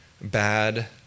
bad